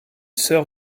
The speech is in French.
sœur